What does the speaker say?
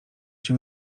cię